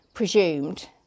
presumed